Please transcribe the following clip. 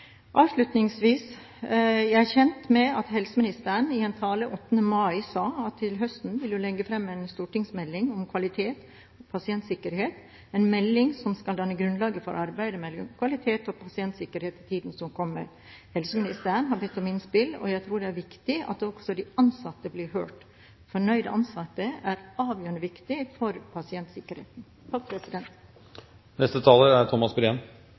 Avslutningsvis: Jeg er kjent med at helseministeren i en tale 8. mai sa at hun til høsten ville legge fram en stortingsmelding om kvalitet og pasientsikkerhet – en melding som skal danne grunnlaget for arbeidet med kvalitet og pasientsikkerhet i tiden som kommer. Helseministeren har bedt om innspill, og jeg tror det er viktig at også de ansatte blir hørt. Fornøyde ansatte er avgjørende viktig for pasientsikkerheten.